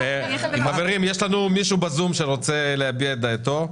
חברים, יש לנו מישהו בזום שרוצה להביע את דעתו.